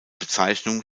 bezeichnung